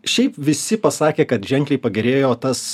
šiaip visi pasakė kad ženkliai pagerėjo tas